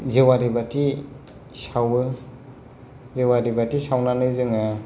जेवारि बाथि सावो जेवारि बाथि सावनानै जोङो